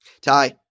Ty